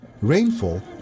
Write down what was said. Rainfall